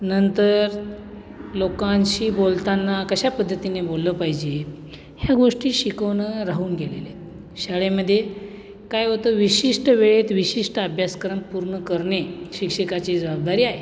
नंतर लोकांशी बोलताना कशा पद्धतीने बोललं पाहिजे ह्या गोष्टी शिकवणं राहून गेलेले आहेत शाळेमध्ये काय होतं विशिष्ट वेळेत विशिष्ट अभ्यासक्रम पूर्ण करणे शिक्षकाची जवाबदारी आहे